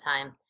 time